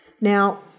Now